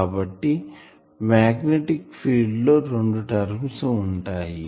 కాబట్టి magnetic field లో రెండు టర్మ్స్ ఉంటాయి